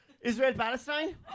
Israel-Palestine